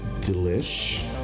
delish